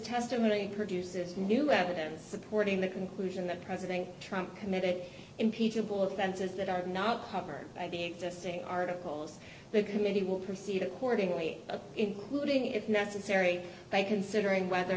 testimony produces new evidence supporting the conclusion that president trump committed impeachable offenses that are not covered by the existing articles the committee will proceed accordingly including if necessary by considering whether